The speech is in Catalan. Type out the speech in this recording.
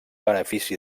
benefici